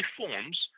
reforms